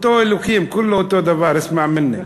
אותו אלוקים, כולו אותו דבר, אסמע מיני.